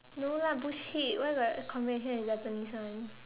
no lah bullshit where got convention in Tampines [one]